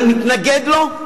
אני מתנגד לו,